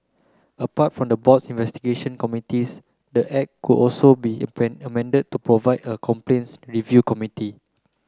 apart from the board's investigation committees the act could also be amended to provide for a complaints review committee